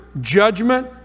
judgment